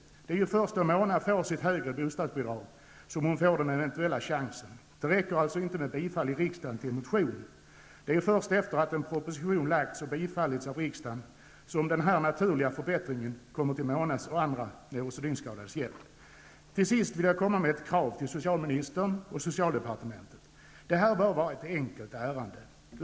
Det är ju först då Mona får sitt högre bostadsbidrag som hon får den eventuella chansen. Det räcker alltså inte med bifall i riksdagen till en motion. Det är ju först efter att en proposition lagts och bifallits av riksdagen som den här naturliga förbättringen kommer till Monas och andra neurosedynskadades hjälp. Till sist vill jag komma med ett krav till socialministern och socialdepartementet. Det här bör vara ett enkelt ärende.